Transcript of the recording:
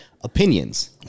Opinions